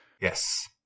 Yes